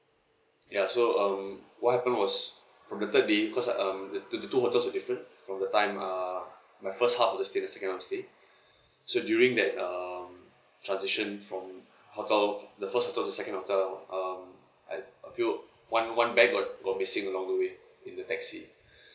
ya so um what happened was from the third day because I um the the two hotels were different from the time uh my first half of the stay and second half of the stay so during that um transition from hotel the first hotel to the second hotel um I a few one one bag got got missing along the way in the taxi